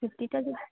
ফিফটিটা